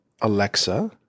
Alexa